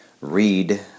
read